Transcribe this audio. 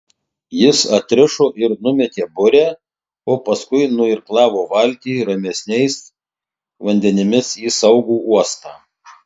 jis atrišo ir numetė burę o paskui nuirklavo valtį ramesniais vandenimis į saugų uostą